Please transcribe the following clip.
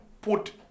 put